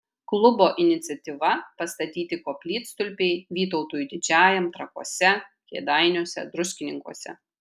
klubo iniciatyva pastatyti koplytstulpiai vytautui didžiajam trakuose kėdainiuose druskininkuose